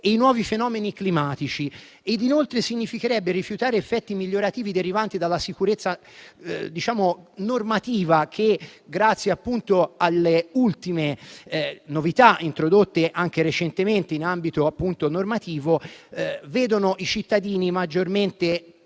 e i nuovi fenomeni climatici. Inoltre, significherebbe rifiutare gli effetti migliorativi derivanti dalla sicurezza normativa che, grazie alle ultime novità introdotte anche recentemente in ambito normativo, vede i cittadini maggiormente